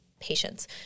patients